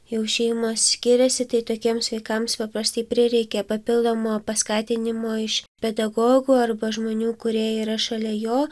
jau šeimos skiriasi tai tokiems vaikams paprastai prireikia papildomo paskatinimo iš pedagogų arba žmonių kurie yra šalia jo